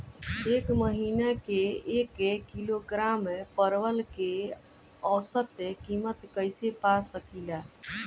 एक महिना के एक किलोग्राम परवल के औसत किमत कइसे पा सकिला?